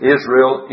Israel